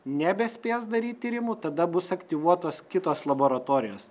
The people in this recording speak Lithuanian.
nebespės daryt tyrimų tada bus aktyvuotos kitos laboratorijos